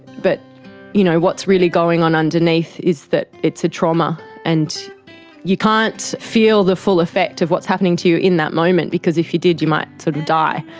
but you know what's really going on underneath is that it's a trauma and you can't feel the full effect of what's happening to you in that moment because if you did you might sort of die.